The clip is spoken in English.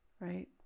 right